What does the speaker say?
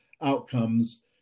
outcomes